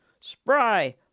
spry